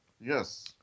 Yes